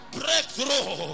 breakthrough